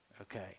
okay